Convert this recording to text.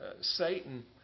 Satan